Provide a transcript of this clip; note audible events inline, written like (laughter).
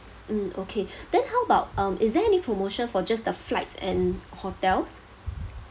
mm okay (breath) then how about um is there any promotion for just the flights and hotels